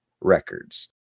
records